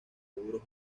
euros